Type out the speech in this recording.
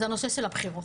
זה הנושא של הבחירות.